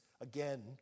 Again